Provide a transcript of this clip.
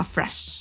Fresh